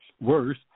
Worse